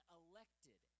elected